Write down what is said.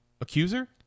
Accuser